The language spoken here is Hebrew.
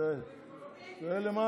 אתה רואה?